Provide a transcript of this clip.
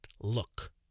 look